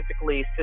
typically